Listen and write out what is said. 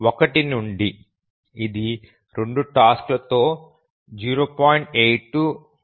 1 నుండి ఇది 2 టాస్క్ లతో 0